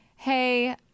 Hey